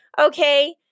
okay